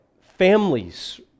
families